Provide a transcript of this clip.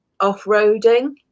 off-roading